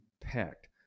packed